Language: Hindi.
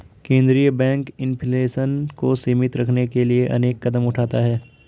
केंद्रीय बैंक इन्फ्लेशन को सीमित रखने के लिए अनेक कदम उठाता है